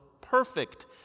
perfect